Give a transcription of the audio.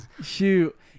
Shoot